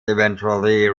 eventually